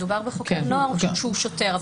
מדובר בחוקר נוער שהוא שוטר,